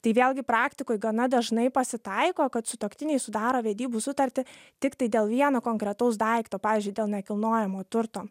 tai vėlgi praktikoj gana dažnai pasitaiko kad sutuoktiniai sudaro vedybų sutartį tiktai dėl vieno konkretaus daikto pavyzdžiui dėl nekilnojamo turto